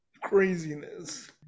craziness